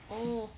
oh